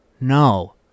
No